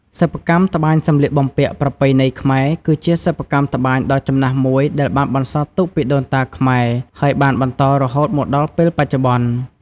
សិប្បកម្មត្បាញសម្លៀកបំពាក់ប្រពៃណីខ្មែរ គឺជាសិប្បកម្មត្បាញដ៏ចំណាស់មួយដែលបានបន្សល់ទុកពីដូនតាខ្មែរ ហើយបានបន្តរហូតមកដល់ពេលបច្ចុប្បន្ន។